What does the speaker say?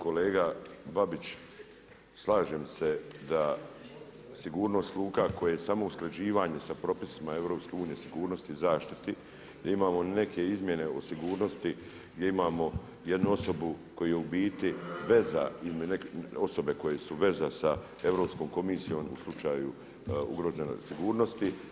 Kolega Babić, slažem se da sigurnost luka koje je samo usklađivanje sa propisima EU sigurnost i zaštiti, da imamo neke izmjene o sigurnosti gdje imamo jednu osobu koja je u bit veza ili neke osobe koje su veza sa Europskom komisijom u slučaju ugroze sigurnosti.